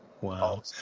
wow